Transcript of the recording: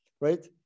right